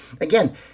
again